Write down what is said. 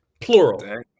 plural